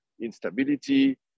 instability